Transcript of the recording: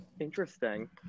Interesting